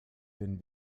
den